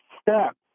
step